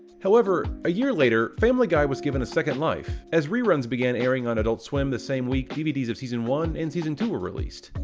however, a year later family guy was given a second life, as re-runs began airing on adult swim the same week dvds of season one and season two were released.